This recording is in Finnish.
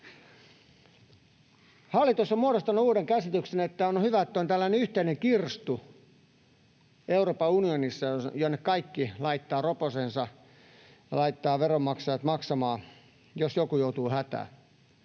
Hallitus on muodostanut uuden käsityksen, että on hyvä, että on tällainen yhteinen kirstu Euroopan unionissa, jonne kaikki laittavat roposensa ja jonka kautta laitetaan veronmaksajat maksamaan, jos joku joutuu hätään.